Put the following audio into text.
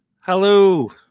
Hello